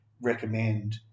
recommend